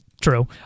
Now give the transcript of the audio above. true